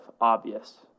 obvious